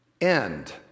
end